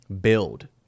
build